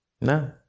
No